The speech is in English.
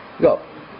go